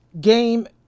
game